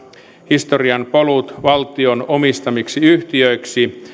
historian polut valtion omistamiksi yhtiöiksi